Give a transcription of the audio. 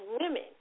women